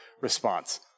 response